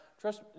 trust